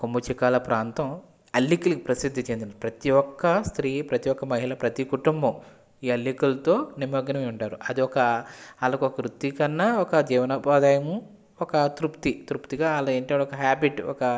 కొమ్ముచిక్కాల ప్రాంతం అల్లికలకి ప్రసిద్ధి చెందిన ప్రతి ఒక్క స్త్రీ ప్రతి ఒక్క మహిళ ప్రతి కుటుంబం ఈ అల్లికలతో నిమగ్నమై ఉంటారు అది ఒక వాళ్ళకో వృత్తి కన్నా ఒక జీవనోపాధ్యాయము ఒక తృప్తి తృప్తిగా వాళ్ళ ఏంటి ఒక హ్యాబిట్ ఒక